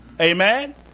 Amen